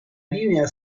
linea